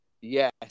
Yes